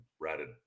ratted